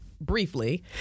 briefly